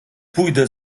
pójdę